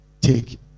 take